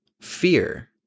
fear